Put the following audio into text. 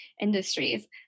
industries